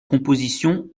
composition